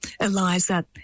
Eliza